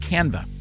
Canva